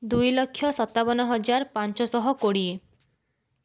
ଦୁଇ ଲକ୍ଷ ସତାବନ ହଜାର ପାଞ୍ଚ ଶହ କୋଡ଼ିଏ